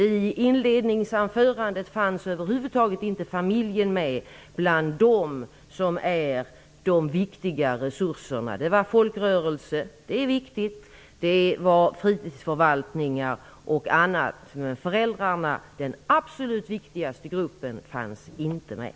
I inledningsanförandet fanns familjen över huvud taget inte med bland de resurser som är de viktiga. Hon nämnde då folkrörelserna, och de är viktiga, hon nämnde fritidsförvaltningar och annat, men föräldrarna, den absolut viktigaste gruppen, fanns inte med.